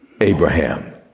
Abraham